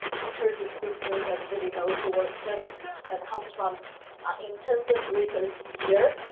feature descriptors, everybody knows the word sept that comes from intensive research here.